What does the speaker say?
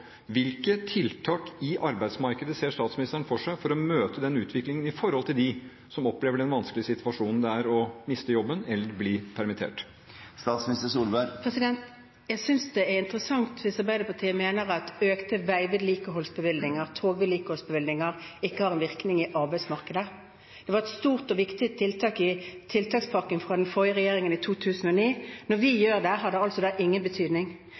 Hvilke tiltak i arbeidsmarkedet ser statsministeren for seg for å møte den utviklingen – med tanke på dem som opplever den vanskelige situasjonen det er å miste jobben eller bli permittert? Jeg synes det er interessant hvis Arbeiderpartiet mener at økte bevilgninger til veivedlikehold og togvedlikehold ikke har en virkning i arbeidsmarkedet. Det var et stort og viktig tiltak i tiltakspakken til den forrige regjeringen, i 2009. Når vi gjør det, har det altså ingen betydning.